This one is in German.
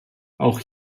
auch